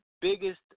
biggest –